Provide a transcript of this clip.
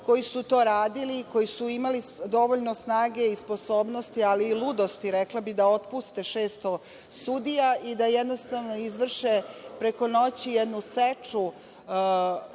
koji su to radili, koji su imali dovoljno snage i sposobnosti, ali i ludosti, rekla bih, da otpuste 600 sudija i da jednostavno izvrše preko noći jednu seču